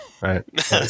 right